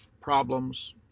problems